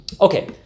Okay